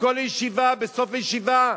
בכל ישיבה, בסוף הישיבה,